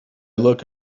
look